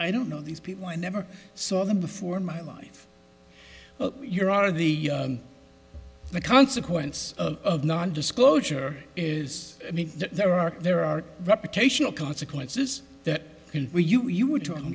i don't know these people i never saw them before in my life you're out of the the consequence of non disclosure is i mean there are there are reputational consequences for you you were talking